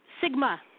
Sigma